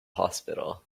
hospital